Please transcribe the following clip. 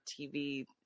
TV